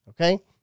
Okay